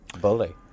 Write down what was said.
Bully